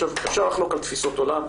אפשר לחלוק על תפיסות עולם.